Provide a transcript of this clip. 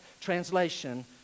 translation